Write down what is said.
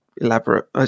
elaborate